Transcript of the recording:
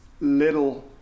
little